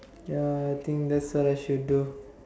ya think that's what I should do